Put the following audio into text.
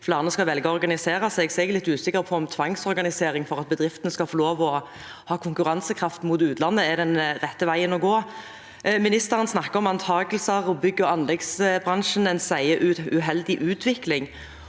er jeg litt usikker på om tvangsorganisering for at bedriftene skal få lov til å ha konkurransekraft mot utlandet, er den rette veien å gå. Ministeren snakker om antagelser om bygg- og anleggsbransjen, og en sier «uheldig utvikling».